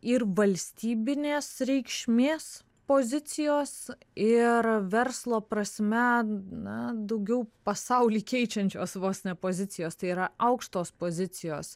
ir valstybinės reikšmės pozicijos ir verslo prasme na daugiau pasaulį keičiančios vos ne pozicijos tai yra aukštos pozicijos